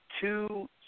two